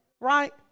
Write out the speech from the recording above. Right